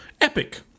epic